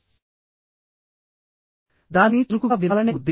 దానిని చురుకుగా వినాలనే ఉద్దేశం